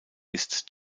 ist